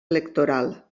electoral